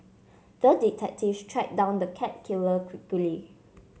the detective tracked down the cat killer quickly